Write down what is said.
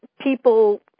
people